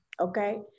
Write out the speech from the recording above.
okay